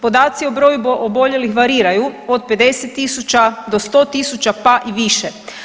Podaci o broju oboljelih variraju od 50.000 do 100.000 pa i više.